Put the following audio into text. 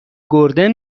گردن